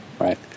right